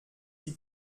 die